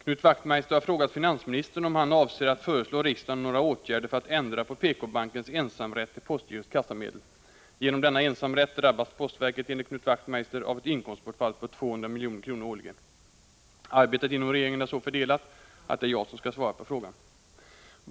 Herr talman! Knut Wachtmeister har frågat finansministern om han avser att föreslå riksdagen några åtgärder för att ändra på PK-bankens ensamrätt till postgirots kassamedel. Genom denna ensamrätt drabbas postverket enligt Knut Wachtmeister av ett inkomstbortfall på 200 milj.kr. årligen. Arbetet inom regeringen är så fördelat att det är jag som skall svara på frågan.